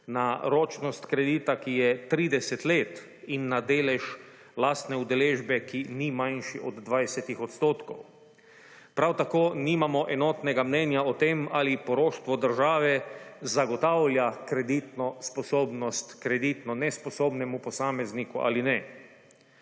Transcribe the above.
na ročnost kredita, ki je 30 let in na delež lastne udeležbe, ki ni manjši od 20 %. Prav tako nimamo enotnega mnenja o tem ali poroštvo države zagotavlja kreditno sposobnost kreditno nesposobnemu posamezniku ali ne.